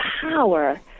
power